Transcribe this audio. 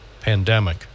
pandemic